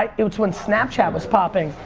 ah it was when snapchat was popping.